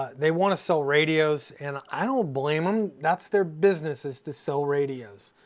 they wanna sell radios, and i don't blame em. that's their business is to sell radios.